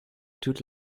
toute